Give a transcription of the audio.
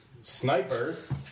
snipers